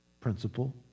principle